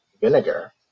vinegar